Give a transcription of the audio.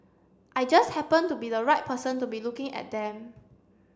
I just happened to be the right person to be looking at them